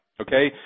Okay